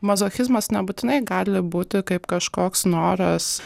mazochizmas nebūtinai gali būti kaip kažkoks noras